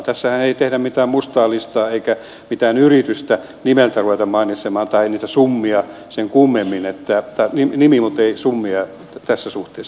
tässähän ei tehdä mitään mustaa listaa eikä mitään yritystä nimeltä ruveta mainitsemaan tai niitä summia sen kummemmin tai nimi muttei summia tässä suhteessa